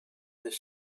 this